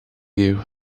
you